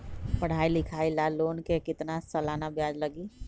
पढाई लिखाई ला लोन के कितना सालाना ब्याज लगी?